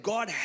God